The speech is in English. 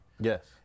Yes